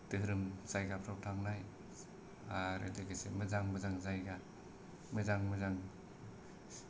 धोरोम जायगाफ्राव थांनाय आरो लोगोसे मोजां मोजां जायगा मोजां मोजां